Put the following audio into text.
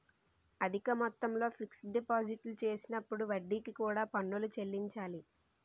అధిక మొత్తంలో ఫిక్స్ డిపాజిట్లు చేసినప్పుడు వడ్డీకి కూడా పన్నులు చెల్లించాలి